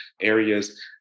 areas